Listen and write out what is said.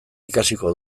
ikasiko